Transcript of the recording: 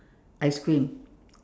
ice cream